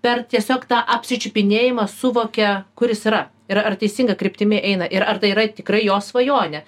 per tiesiog tą apsičiupinėjimą suvokia kur jis yra ir ar teisinga kryptimi eina ir ar tai yra tikrai jo svajonė